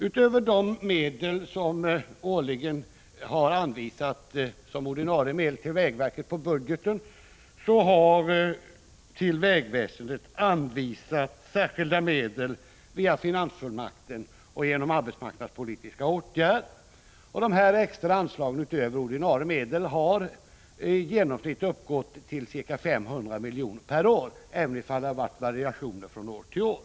Utöver de medel som årligen har anvisats som ordinarie medel till vägverket på budgeten har till vägväsendet anvisats särskilda medel via finansfullmakten och genom arbetsmarknadspolitiska åtgärder. Dessa extra anslag utöver ordinarie medel har i genomsnitt uppgått till ca 500 miljoner per år, även om det har varit variationer från år till år.